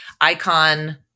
Icon